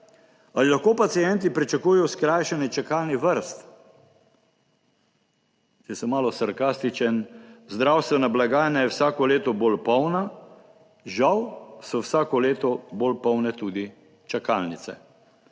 Ali lahko pacienti pričakujejo skrajšanje čakalnih vrst? Če sem malo sarkastičen, zdravstvena blagajna je vsako leto bolj polna, žal so vsako leto bolj polne tudi čakalnice.